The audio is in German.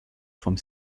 vom